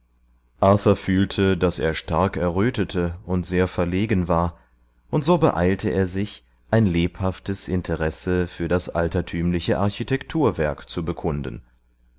arthur fühlte daß er stark errötete und sehr verlegen war und so beeilte er sich ein lebhaftes interesse für das altertümliche architekturwerk zu bekunden